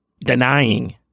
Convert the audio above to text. denying